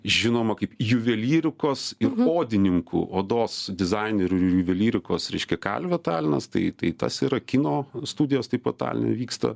žinoma kaip juvelyrikos ir odininkų odos dizainerių ju juvelyrikos reiškia kalvė talinas tai tai tas yra kino studijos taip pat taline vyksta